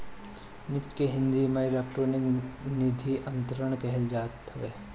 NEFT के हिंदी में electronic निधि अंतरण कहल जात हवे